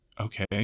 okay